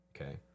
Okay